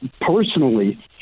personally